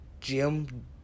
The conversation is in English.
Jim